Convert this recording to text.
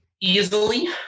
Easily